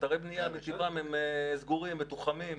אתרי בנייה מטבעם הם סגורים, מתוחמים.